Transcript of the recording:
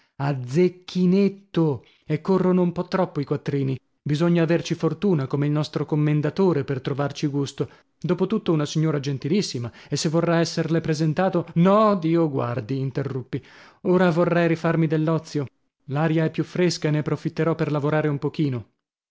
a zecchinetto e corrono un po troppo i quattrini bisogna averci fortuna come il nostro commendatore per trovarci gusto dopo tutto una signora gentilissima e se vorrà esserle presentato no dio guardi interruppi ora vorrei rifarmi dell'ozio l'aria è più fresca e ne approfitterò per lavorare un pochino